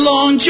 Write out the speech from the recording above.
Long